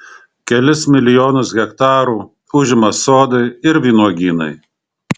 kelis milijonus hektarų užima sodai ir vynuogynai